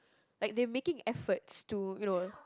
like they making efforts to you know